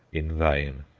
in vain.